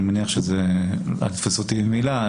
אל תתפסו אותי במילה,